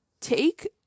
take